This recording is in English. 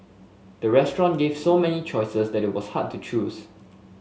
the restaurant gave so many choices that it was hard to choose